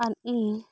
ᱟᱨ ᱤᱧ